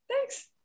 Thanks